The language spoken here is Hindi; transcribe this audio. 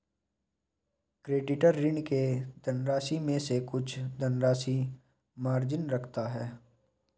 क्रेडिटर, ऋणी के धनराशि में से कुछ धनराशि मार्जिन रखता है